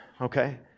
Okay